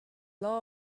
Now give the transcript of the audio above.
law